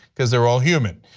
because they are all human.